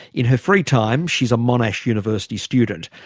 in her free time she's a monash university student.